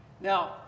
Now